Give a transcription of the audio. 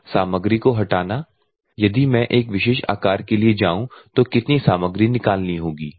एक सामग्री को हटाना यदि मैं एक विशेष आकार के लिए जाऊं तो कितनी सामग्री निकालना होगी